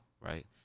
right